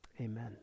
amen